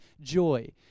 joy